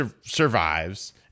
survives